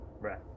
Right